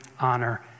honor